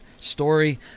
story